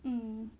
mm